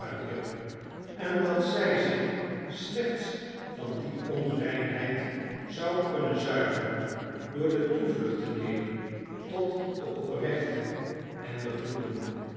en dat zij zich slechts van die onreinheid zou kunnen zuiveren door de toevlucht te nemen tot de oprechten en de goeden